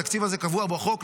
התקציב הזה קבוע בחוק,